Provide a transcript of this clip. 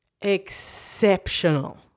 exceptional